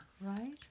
right